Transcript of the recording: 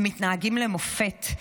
הם מתנהגים למופת.